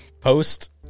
post